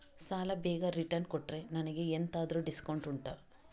ಸಾಲ ಬೇಗ ರಿಟರ್ನ್ ಕೊಟ್ರೆ ನನಗೆ ಎಂತಾದ್ರೂ ಡಿಸ್ಕೌಂಟ್ ಉಂಟಾ